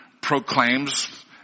proclaims